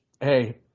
hey –